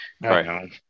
right